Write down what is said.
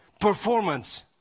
performance